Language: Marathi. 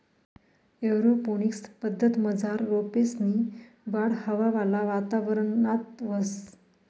एअरोपोनिक्स पद्धतमझार रोपेसनी वाढ हवावाला वातावरणात व्हस